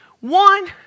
One